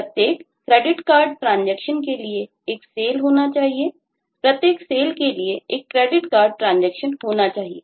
प्रत्येक CreditCardTransaction के लिए एक Sale होना चाहिए प्रत्येक Sale के लिए एक CreditCardTransaction होना चाहिए